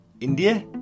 India